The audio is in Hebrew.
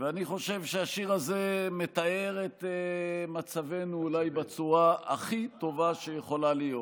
ואני חושב שהשיר הזה מתאר את מצבנו אולי בצורה הכי טובה שיכולה להיות.